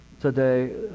today